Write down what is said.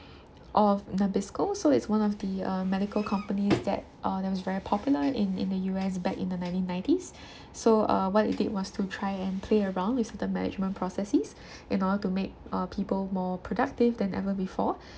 of Nabisco so it's one of the uh medical companies that uh that was very popular in in the U_S back in the nineteen nineties so uh what it did was to try and play around with the management processes in order to make uh people more productive than ever before